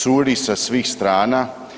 Curi sa svih strana.